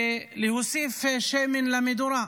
ולהוסיף שמן למדורה.